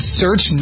search